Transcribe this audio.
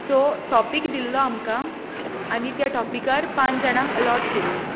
so topic दिल्लो आमकां आनी त्या टॉपिकार पांच जाणांक अलोट केल्लीं